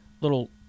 Little